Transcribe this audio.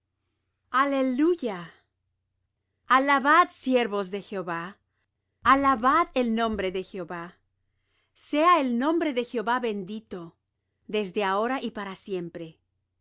aleluya alabad siervos de jehová alabad el nombre de jehová sea el nombre de jehová bendito desde ahora y para siempre